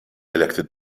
elected